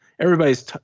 everybody's